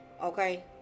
okay